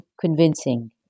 convincing